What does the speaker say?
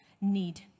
need